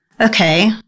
Okay